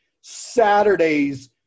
Saturdays